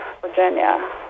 Virginia